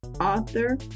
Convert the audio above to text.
author